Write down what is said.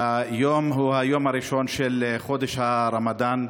היום הוא היום הראשון של חודש הרמדאן.